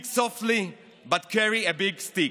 speak softly and carry a big stick.